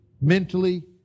mentally